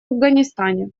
афганистане